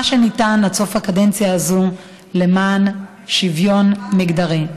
שניתן עד סוף הקדנציה הזאת למען שוויון מגדרי.